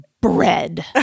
bread